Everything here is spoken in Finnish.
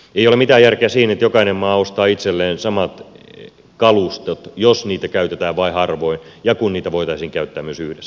ei ole mitään järkeä siinä että jokainen maa ostaa itselleen samat kalustot jos niitä käytetään vain harvoin ja kun niitä voitaisiin käyttää myös yhdessä